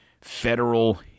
federal